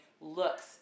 looks